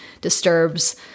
disturbs